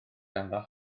ganddo